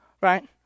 right